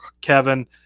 Kevin